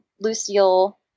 Lucille